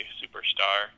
superstar